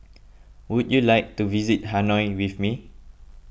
would you like to visit Hanoi with me